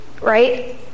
Right